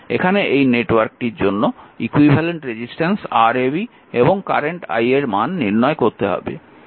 এখানে এই নেটওয়ার্কটির জন্য ইকুইভ্যালেন্ট রেজিস্ট্যান্স Rab এবং কারেন্ট i এর মান নির্ণয় করতে হবে